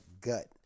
gut